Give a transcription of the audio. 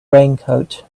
raincoat